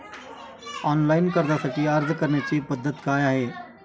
Online कर्जासाठी अर्ज करण्याची पद्धत काय आहे?